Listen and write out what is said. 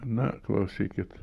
na klausykit